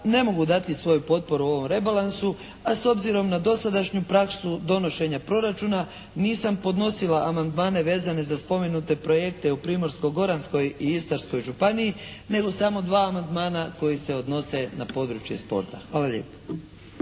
ne mogu dati svoju potporu ovom rebalansu, a s obzirom na dosadašnju praksu donošenja proračuna nisam podnosila amandmane vezane za spomenute projekte u Primorsko-goranskoj i Istarskoj županiji nego samo dva amandmana koji se odnose na područje sporta. Hvala lijepo.